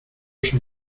soy